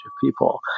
people